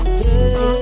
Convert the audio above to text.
good